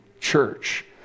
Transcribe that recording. church